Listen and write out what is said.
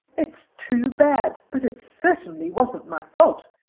it's too bad but it certainly wasn't my fault,